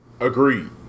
Agreed